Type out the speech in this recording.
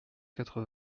quatre